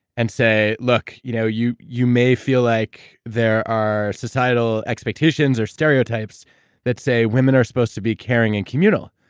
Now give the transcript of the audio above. and say, look, you know you may may feel like there are societal expectations or stereotypes that say women are supposed to be caring and communal,